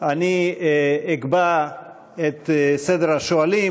אני אקבע את סדר השואלים.